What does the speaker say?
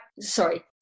sorry